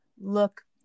look